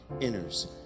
enters